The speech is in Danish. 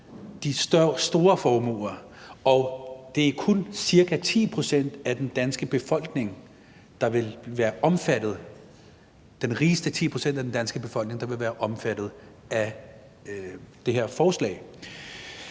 de store formuer, og det er kun ca. 10 pct. af den danske befolkning, der vil være omfattet af det her forslag